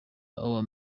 our